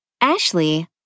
Ashley